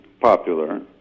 popular